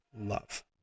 love